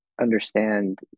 understand